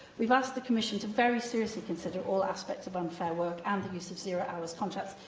we've asked the commission to very seriously consider all aspects of unfair work and the use of zero-hours contracts,